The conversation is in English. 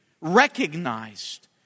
recognized